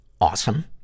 awesome